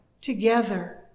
together